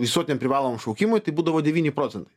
visuotiniam privalomam šaukimui tai būdavo devyni procentai